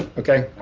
ah okay?